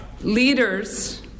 leaders